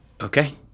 Okay